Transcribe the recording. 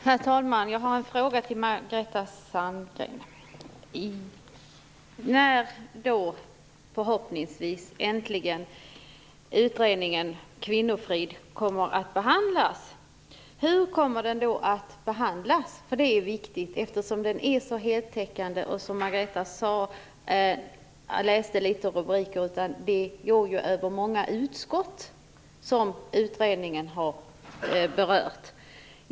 Herr talman! Jag har en fråga till Margareta Sandgren. När förhoppningsvis utredningen Kvinnofrid äntligen kommer upp till behandling, hur kommer den då att hanteras? Det är viktigt, eftersom den har en sådan bredd. Margareta Sandgren läste upp rubriker i det som berörts av utredningen, och detta sträcker sig över många utskottsområden.